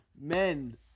Men